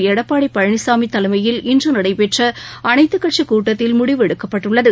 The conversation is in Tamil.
எடப்பாடி பழனிசாமி தலைமையில் இன்று நடைபெற்ற அனைத்துக் கட்சிக் கூட்டத்தில் முடிவு எடுக்கப்பட்டுள்ளது